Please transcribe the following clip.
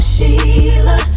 Sheila